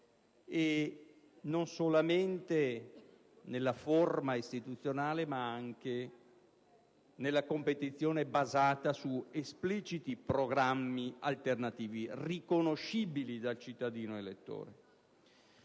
non solamente nella forma istituzionale, ma anche nella competizione, basata su espliciti programmi alternativi, riconoscibili dal cittadino elettore.